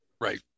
Right